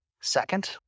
Second